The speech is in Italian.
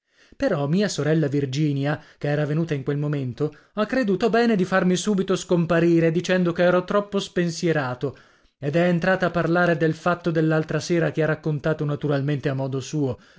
però mia sorella virginia che era venuta in quel momento ha creduto bene di farmi subito scomparire dicendo che ero troppo spensierato ed è entrata a parlare del fatto dellaltra sera che ha raccontato naturalmente a modo suo